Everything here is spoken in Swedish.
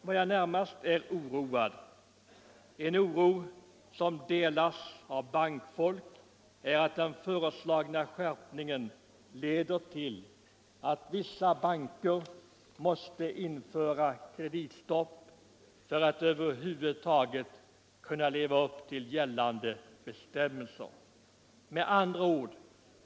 "> Vad jag nu närmast är oroad för — och det är en oro som delas av många — är att den föreslagna skärpningen leder till att vissa banker måste införa kreditstopp för att kunna leva upp till gällande bestämmelser.